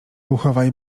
uchowaj